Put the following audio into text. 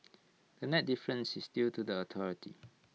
the net difference is due to the authority